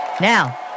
Now